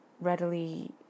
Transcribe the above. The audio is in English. readily